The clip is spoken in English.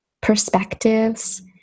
perspectives